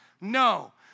No